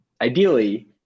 ideally